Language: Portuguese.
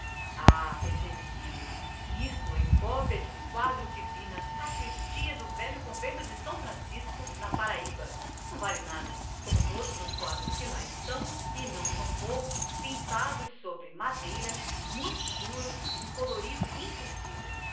fez ele rindo e explicou isso é copiado de um quadro que vi na sacristia do velho convento de são francisco da paraíba do norte não vale nada como todos os quadros que lá estão e não poucos pintados sobre madeira um colorido impossível